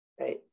right